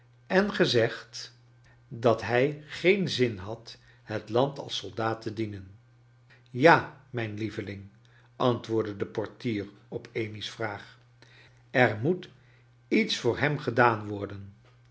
en gezegd dat hij geen zin had het land als soldaat te dienen ja mijn lieveling antwoordde de portier op amy's vraag er moet iets voor hem gedaan worden